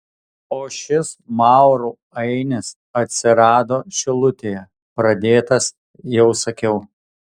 o šis maurų ainis atsirado šilutėje pradėtas jau sakiau